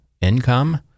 income